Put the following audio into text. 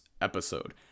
episode